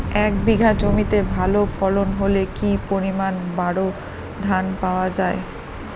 এক বিঘা জমিতে ভালো ফলন হলে কি পরিমাণ বোরো ধান পাওয়া যায়?